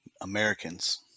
Americans